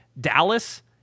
Dallas